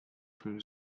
from